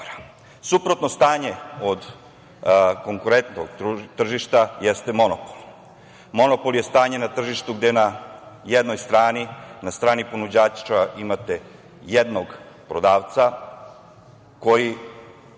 faktora. Suprotno stanje od konkurentnog tržišta jeste monopol. Monopol je stanje na tržištu gde na jednoj strani, na strani ponuđača, imate jednog prodavca koji